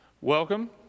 Welcome